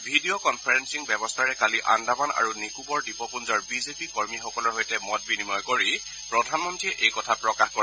video conferencing ব্যৱস্থাৰে কালি আন্দামান আৰু নিকোবৰ দ্বীপ পুঞ্জৰ আৰু বিজেপি কৰ্মীসকলৰ সৈতে মত বিনিময় কৰি প্ৰধানমন্ত্ৰীয়ে এই কথা প্ৰকাশ কৰে